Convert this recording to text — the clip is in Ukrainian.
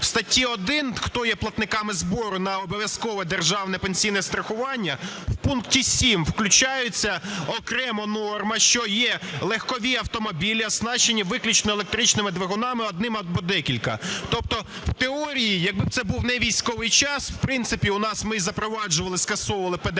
В статті 1, хто є платниками збору на обов'язкове державне пенсійне страхування, в пункті 7 включається окремо норма, що є легкові автомобілі, оснащені виключно електричними двигунами, одним або декілька. Тобто в теорії, якби це був не військовий час, в принципі, у нас ми запроваджували, скасовували ПДІ,